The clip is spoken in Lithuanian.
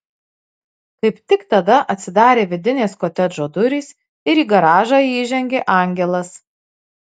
kaip tik tada atsidarė vidinės kotedžo durys ir į garažą įžengė angelas